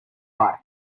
bike